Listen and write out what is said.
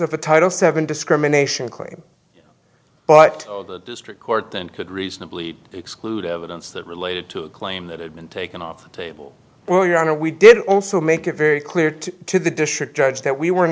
of the title seven discrimination claim but the district court and could reasonably exclude evidence that related to claim that had been taken off the table well your honor we did also make it very clear to the district judge that we were